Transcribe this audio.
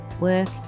work